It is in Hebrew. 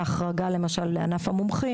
ההחלטה גברתי אמרה שההבאה המסודרת והמאורגנת תהיה